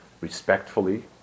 respectfully